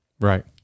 right